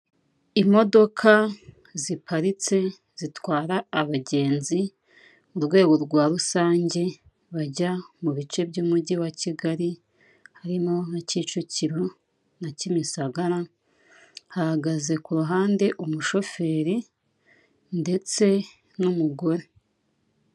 Imodoka ziparitse zitwara abagenzi mu rwego rwarusange bajya mu bice by'umugi wa Kigali harimo nka Kicukiro na Kimisagara hahagaze ku ruhande umushoferi ndetse n'umugore.